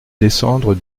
descendre